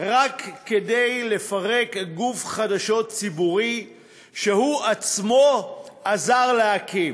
רק כדי לפרק גוף חדשות ציבורי שהוא עצמו עזר להקים.